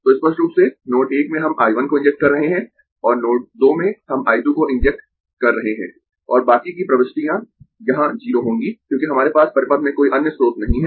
तो स्पष्ट रूप से नोड 1 में हम I 1 को इंजेक्ट कर रहे है और नोड 2 में हम I 2 को इंजेक्ट कर रहे है और बाकी की प्रविष्टियाँ यहाँ 0 होंगीं क्योंकि हमारे पास परिपथ में कोई अन्य स्रोत नहीं है